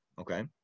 okay